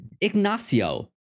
Ignacio